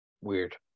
Weird